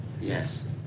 Yes